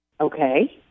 Okay